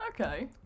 okay